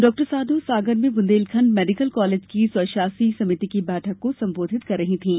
डॉ साधौ सागर में बुंदेलखण्ड मेडिकल कॉलेज की स्वशासी समिति की बैठक को संबोधित कर रही थीं